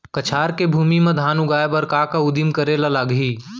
कछार के भूमि मा धान उगाए बर का का उदिम करे ला लागही?